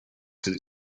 could